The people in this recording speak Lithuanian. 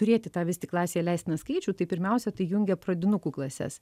turėti tą vis tik klasėje leistiną skaičių tai pirmiausia tai jungia pradinukų klases